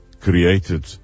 created